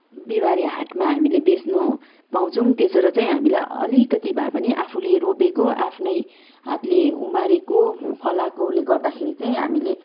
बिहिबारे हाटमा हामीले बेच्नु पाउँछौँ त्यसो र चाहिँ हामीलाई अलिकति भए पनि आफूले रोपेको आफ्नै हातले उमारेको फलाएकोले गर्दाखेरि चाहिँ हामीले